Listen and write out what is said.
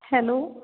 hello